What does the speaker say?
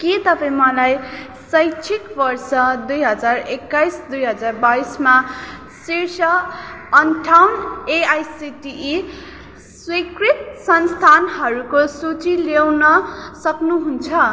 के तपाईँँ मलाई शैक्षिक वर्ष दुई हजार एक्काइस दुई हजार बाइसमा शीर्ष अन्ठाउन्न एआइसिटिई स्वीकृत संस्थानहरूको सूची ल्याउन सक्नुहुन्छ